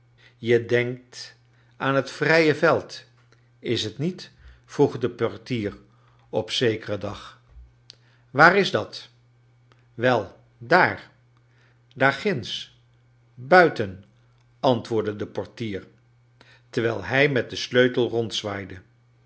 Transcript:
je clenkt aan het vrije veld is t met vroeg de portier op zekeren dag waar is dat wel daar daar ginds buiten antwoordde de portier terwijl j hij met den sleutel